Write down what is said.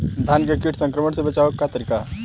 धान के कीट संक्रमण से बचावे क का तरीका ह?